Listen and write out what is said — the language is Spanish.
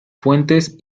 fuentes